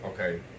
okay